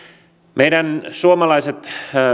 meidän suomalaiset